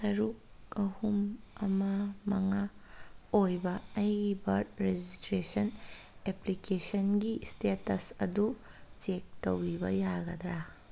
ꯇꯔꯨꯛ ꯑꯍꯨꯝ ꯑꯃ ꯃꯉꯥ ꯑꯣꯏꯕ ꯑꯩꯒꯤ ꯕꯥꯔꯠ ꯔꯦꯖꯤꯁꯇ꯭ꯔꯦꯁꯟ ꯑꯦꯄ꯭ꯂꯤꯀꯦꯁꯟꯒꯤ ꯏꯁꯇꯦꯇꯁ ꯑꯗꯨ ꯆꯦꯛ ꯇꯧꯕꯤꯕ ꯌꯥꯒꯗ꯭ꯔꯥ